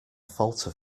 falter